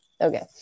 Okay